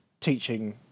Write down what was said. teaching